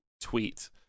tweet